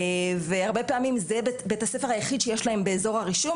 והרבה פעמים זה בית הספר היחיד שיש להם באזור הרישום,